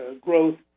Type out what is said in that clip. growth